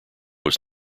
was